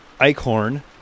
Eichhorn